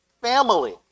family